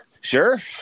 Sure